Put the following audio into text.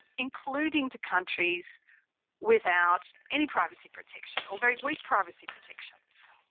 including to countries without any privacy protection or very weak privacy protections.